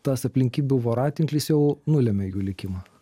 tas aplinkybių voratinklis jau nulėmė jų likimą